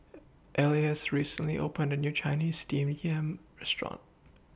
Elias recently opened A New Chinese Steamed Yam Restaurant